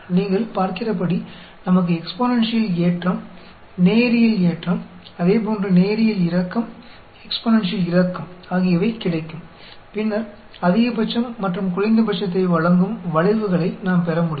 நீங்கள் பார்க்கிறபடி நமக்கு எக்ஸ்பொனென்ஷியல் ஏற்றம் நேரியல் ஏற்றம் அதே போன்று நேரியல் இறக்கம் எக்ஸ்பொனென்ஷியல் இறக்கம் ஆகியவை கிடைக்கும் பின்னர் அதிகபட்சம் மற்றும் குறைந்தபட்சத்தை வழங்கும் வளைவுகளை நாம் பெற முடியும்